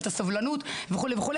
את הסבלנות וכו',